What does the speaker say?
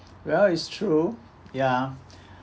well it's true ya